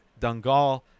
Dungal